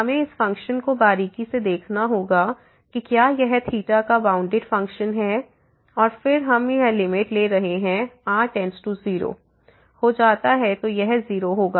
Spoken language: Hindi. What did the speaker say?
हमें इस फ़ंक्शन को बारीकी से देखना होगा कि क्या यह का बाउंडीड फंक्शन है और फिर हम यह लिमिट ले रहे हैं r→0 हो जाता है तो यह 0 होगा